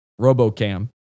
Robocam